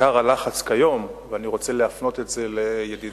עיקר הלחץ כיום, ואני רוצה להפנות את זה לידידי